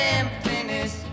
emptiness